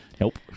Nope